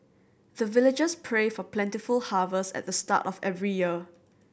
the villagers pray for plentiful harvest at the start of every year